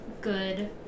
good